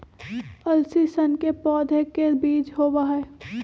अलसी सन के पौधे के बीज होबा हई